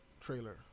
trailer